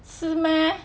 是 meh